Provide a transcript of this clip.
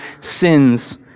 sins